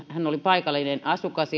hän oli paikallinen asukas